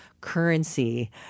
currency